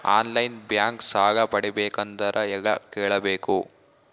On line bank ಸಾಲ ಪಡಿಬೇಕಂದರ ಎಲ್ಲ ಕೇಳಬೇಕು?